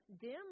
dim